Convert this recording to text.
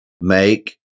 Make